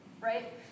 Right